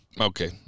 Okay